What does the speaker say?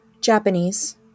Japanese